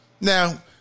Now